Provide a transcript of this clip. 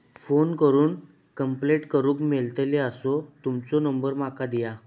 Phone करून complaint करूक मेलतली असो तुमचो नंबर माका दिया?